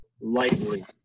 lightly